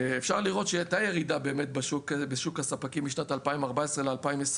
אפשר לראות שהייתה ירידה באמת בשוק הספקים משנת 2014 ל-2020,